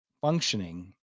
functioning